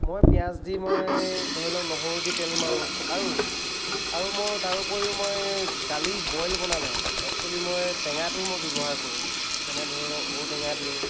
মই পিঁয়াজ দি মই ধৰিলওক নহৰু দি তেল মাৰোঁ আৰু আৰু মই তাৰোপৰিও মই দালি বইল বনালে এক্সোৱেলি মই টেঙাটোও মই ব্যৱহাৰ কৰোঁ যেনে ধৰিলওক ঐটেঙা দিওঁ